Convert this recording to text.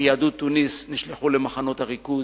מיהדות תוניס נשלחו למחנות הריכוז,